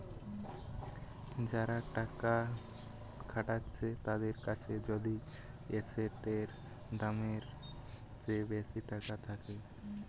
যারা টাকা খাটাচ্ছে তাদের কাছে যদি এসেটের দামের চেয়ে বেশি টাকা থাকে